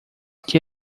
que